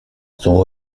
sont